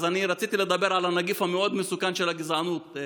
אז אני רציתי לדבר על הנגיף המאוד-מסוכן של הגזענות,